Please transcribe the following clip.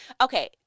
Okay